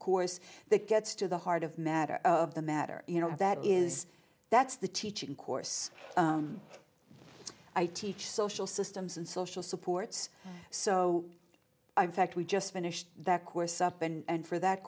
course that gets to the heart of matter of the matter you know that is that's the teaching course i teach social systems and social supports so i'm fact we just finished the course up and for that